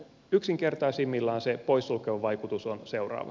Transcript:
yksinkertaisimmillaan se poissulkeva vaikutus on seuraava